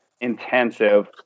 intensive